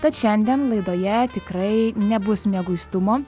tad šiandien laidoje tikrai nebus mieguistumo